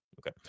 Okay